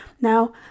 Now